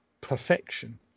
perfection